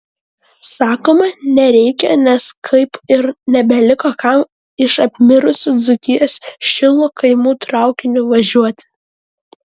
sakoma nereikia nes kaip ir nebeliko kam iš apmirusių dzūkijos šilų kaimų traukiniu važiuoti